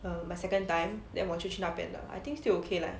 err my second time then 我就去那边的 I think still okay lah